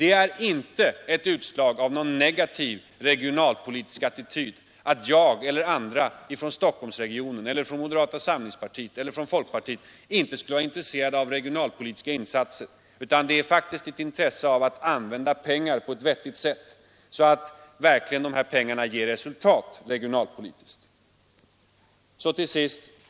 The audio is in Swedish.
Det är inte utslag av någon negativ regionalpolitisk attityd, att jag eller andra ifrån Stockholmsregionen eller från moderata samlingspartiet inte skulle vara intresserade av regionalpolitiska insatser. Det är faktiskt ett intresse av att använda pengar på ett vettigt sätt, att använda dessa pengar så att de verkligen regionalpolitiskt ger resultat.